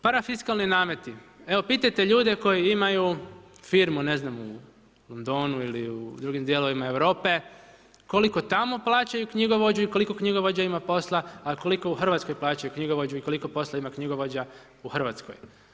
Parafiskalni nameti, evo pitajte ljude koji imaju firmu, ne znam u Londonu ili u drugim dijelovima Europe, koliko tamo plaćaju knjigovođu i koliko knjigovođa ima posla a koliko u Hrvatskoj plaćaju knjigovođu i koliko posla ima knjigovođa u Hrvatskoj.